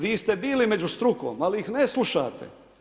Vi ste bili među strukom ali ih ne slušate.